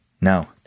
No